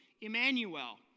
emmanuel